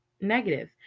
negative